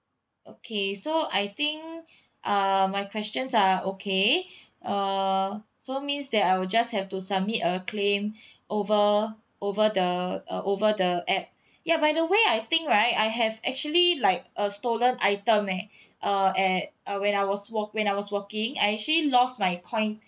okay so I think uh my questions are okay uh so means that I will just have to submit a claim over over the uh over the app ya by the way I think right I have actually like a stolen item eh uh at uh when I was walk when I was walking I actually lost my coin